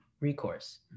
recourse